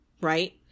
right